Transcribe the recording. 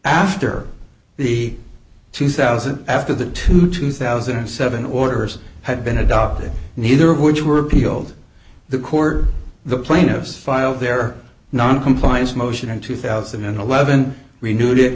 after the two thousand after that to two thousand and seven orders had been adopted neither of which were appealed the court or the plaintiffs filed their noncompliance motion in two thousand and eleven renewed it